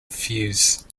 fuse